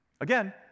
Again